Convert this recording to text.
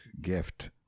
gift